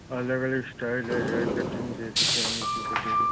अलग अलग इश्टइल है हेयर कटिंग जैसे चाहेंगे वैसे कटेगा